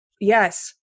Yes